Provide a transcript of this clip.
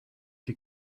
die